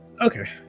okay